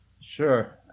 Sure